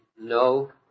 no